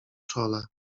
czole